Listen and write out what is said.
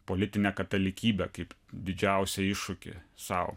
politinę katalikybę kaip didžiausią iššūkį sau